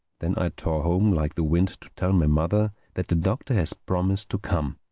then i tore home like the wind to tell my mother that the doctor had promised to come.